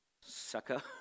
sucker